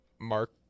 Mark